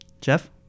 Jeff